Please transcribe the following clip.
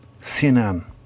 CNN